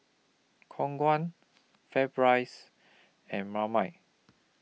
Khong Guan FairPrice and Marmite